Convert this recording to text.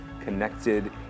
connected